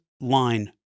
line